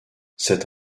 c’est